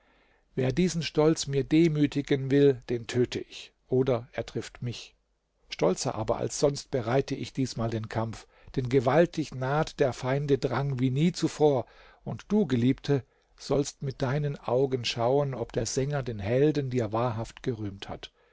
wer diesen stolz mir demütigen will den töte ich oder er trifft mich stolzer aber als sonst bereite ich diesmal den kampf denn gewaltig naht der feinde drang wie nie zuvor und du geliebte sollst mit deinen augen schauen ob der sänger den helden dir wahrhaft gerühmt hat